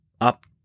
up